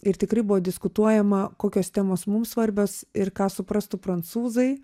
ir tikrai buvo diskutuojama kokios temos mums svarbios ir ką suprastų prancūzai